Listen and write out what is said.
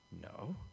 no